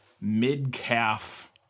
mid-calf